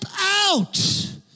out